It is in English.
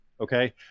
Okay